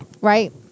right